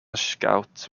scout